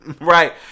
Right